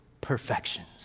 perfections